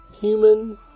human